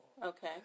Okay